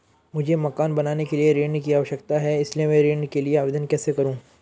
मुझे मकान बनाने के लिए ऋण की आवश्यकता है इसलिए मैं ऋण के लिए आवेदन कैसे करूं?